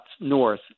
north